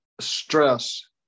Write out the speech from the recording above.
stress